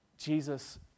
Jesus